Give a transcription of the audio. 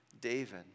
David